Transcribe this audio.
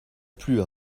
plu